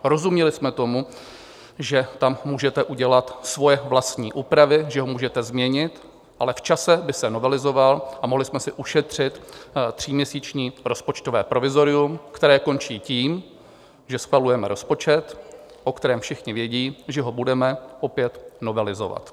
Rozuměli jsme tomu, že tam můžete udělat svoje vlastní úpravy, že ho můžete změnit, ale v čase by se novelizoval a mohli jsme si ušetřit tříměsíční rozpočtové provizorium, které končí tím, že schvalujeme rozpočet, o kterém všichni vědí, že ho budeme opět novelizovat.